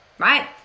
right